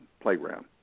playground